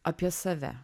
apie save